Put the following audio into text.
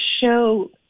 show